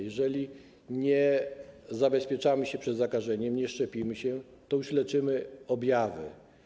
Jeżeli nie zabezpieczamy się przed zakażeniem, nie szczepimy się, to już leczymy objawy.